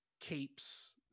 capes